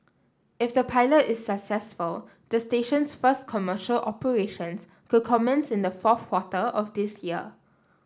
if the pilot is successful the station's first commercial operations could commence in the fourth quarter of this year